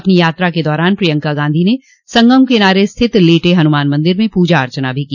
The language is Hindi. अपनी यात्रा के दौरान पियंका गांधी ने संगम किनारे स्थित लेटे हनुमान मन्दिर में पूजा अर्चना भी की